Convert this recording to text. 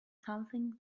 something